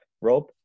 Rob